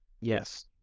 Yes